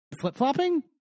flip-flopping